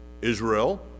Israel